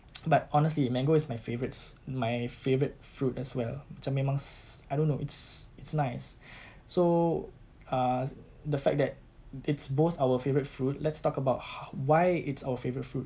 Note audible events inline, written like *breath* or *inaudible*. *noise* but honestly mango is my favourite s~ my favourite fruit as well macam memang se~ I don't know it's it's nice *breath* so uh the fact that it's both our favourite fruit let's talk about ho~ why it's our favourite fruit